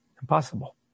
Impossible